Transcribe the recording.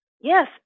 Yes